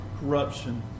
corruption